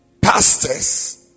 pastors